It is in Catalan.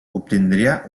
obtindria